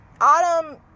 Autumn